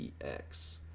EX